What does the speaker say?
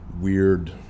weird